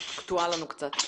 את קטועה לנו קצת.